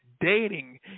dating